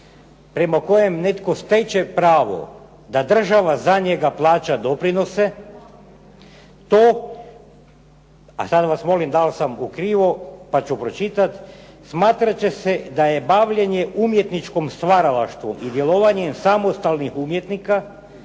prema kojem netko steče pravo da država za njega plaća doprinose. A sada vas molim da li sam u krivu, pa ću pročitat "Smatrat će se da je bavljenje umjetničkom stvaralaštvu i djelovanjem samostalnih umjetnika,